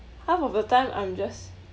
half of the time I'm just